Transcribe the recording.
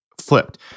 Flipped